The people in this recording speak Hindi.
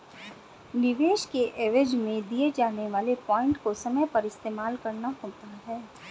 निवेश के एवज में दिए जाने वाले पॉइंट को समय पर इस्तेमाल करना होता है